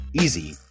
easy